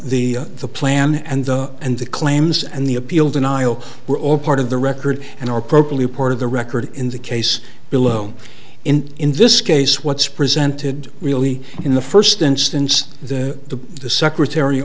the the plan and the and the claims and the appeal denial were all part of the record and or propylene part of the record in the case below and in this case what's presented really in the first instance the the secretary